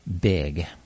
big